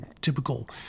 typical